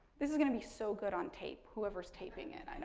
this is going to be so good on tape, whoever's taping it